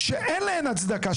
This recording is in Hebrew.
שאין להם הצדקה.